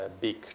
big